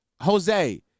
Jose